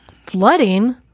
flooding